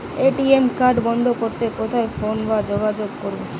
ATM card বন্ধ করতে কোথায় ফোন বা যোগাযোগ করব?